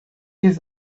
his